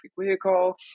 vehicle